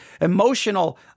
emotional